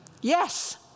Yes